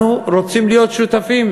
אנחנו רוצים להיות שותפים